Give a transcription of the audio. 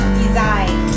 design